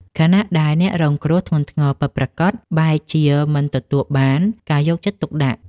ខណៈដែលអ្នករងគ្រោះធ្ងន់ធ្ងរពិតប្រាកដបែរជាមិនទទួលបានការយកចិត្តទុកដាក់។